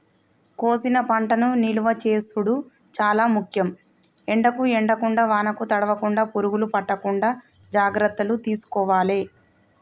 కోసిన పంటను నిలువ చేసుడు చాల ముఖ్యం, ఎండకు ఎండకుండా వానకు తడవకుండ, పురుగులు పట్టకుండా జాగ్రత్తలు తీసుకోవాలె